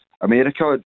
America